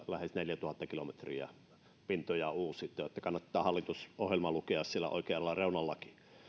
lähes neljätuhatta kilometriä pintoja on uusittu että kannattaa hallitusohjelma lukea siellä oikeallakin reunalla